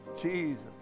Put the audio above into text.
Jesus